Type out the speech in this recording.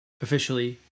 officially